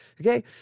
Okay